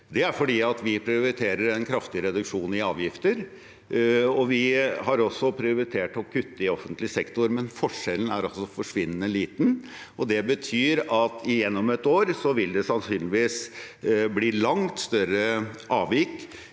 Det er fordi vi prioriterer en kraftig reduksjon i avgifter, og vi har også prioritert å kutte i offentlig sektor. Men forskjellen er altså forsvinnende liten, og det betyr at gjennom et år vil det sannsynligvis bli langt større avvik